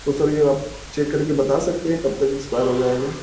تو سر یہ آپ چیک کر کے بتا سکتے ہیں کب تک ایکسپائر ہو جائے گا